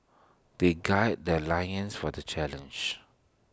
they guide their loins for the challenge